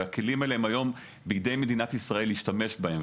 הכלים האלה הם בידי מדינת ישראל להשתמש בהם,